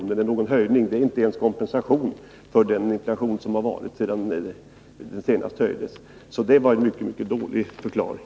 betyder någon höjning. Det är inte ens kompensation för den inflation som har varit sedan dagpenningen senast höjdes. Det var alltså en mycket dålig förklaring.